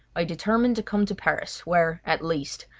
i determined to come to paris, where, at least,